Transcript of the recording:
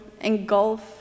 engulf